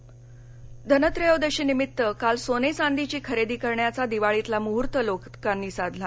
दिवाळी धन त्रयोदशीनिमित्त काल सोने चांदीची खरेदी करण्याचा दिवाळीतला मुहूर्त लोकांनी साधला